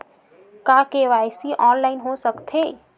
का KYC online हो सकथे?